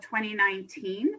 2019